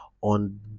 on